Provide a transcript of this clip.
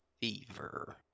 fever